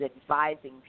advising